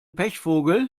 pechvogel